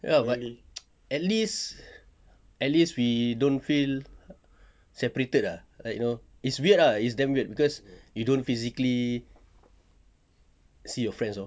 ya but at least at least we don't feel separated ah like you know it's weird ah it's damn weird cause you don't physically see your friends hor